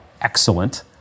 excellent